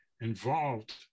involved